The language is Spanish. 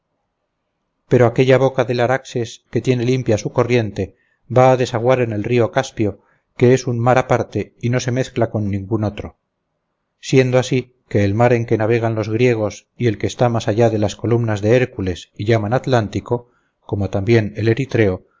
pero aquella boca del araxes que tiene limpia su corriente va a desaguar en el río caspio que es un mar aparte y no se mezcla con ningún otro siendo así que el mar en que navegan los griegos y el que está más allá de las columnas de hércules y llaman atlántico como también el eritreo